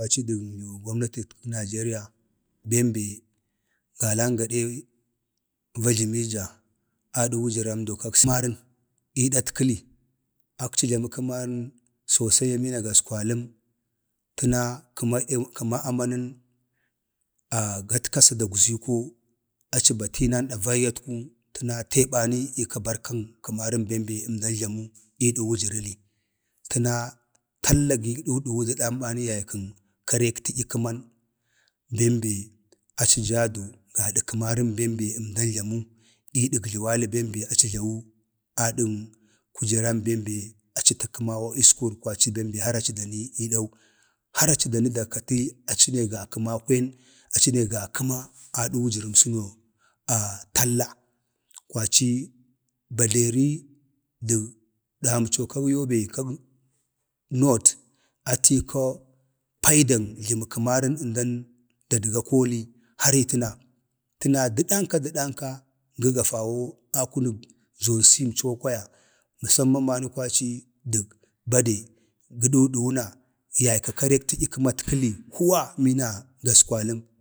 ﻿kwaci dən gomnatətkən nijeriya kwaci dən bem be galan gada va jləmija ka kəmarən aci jləma kəmaran jire mana gaskwaləm təna kəma i kəma amanən gatkasa gadgwi ako, aci ba tinan davaiyyatku təna təbani iika barkan kəmaran bem be əmdan jlamu ii də wujərli. təna talla gə duduwu də dambani yay kən karek tədya kəman bem be aci jaa du gadə kəmarən bem be aci jləwu adən kujeran bembe aci takəmawo iiskur kwaci aci dandu har aci da nii eedan har aci dakati aci ne ga kəma adə wujərəmsəso talla kwaci baderi dəg adhamco kag yobe north ata iika paidan jləməkəmarən əmdan dadga akooli də danka gə gafawo zone c əmco kwaya məsəmman mani kwaci dək bade gə duduwu na yankəg kareg tədyi kəmatkəli huwa məna gaskwatəm,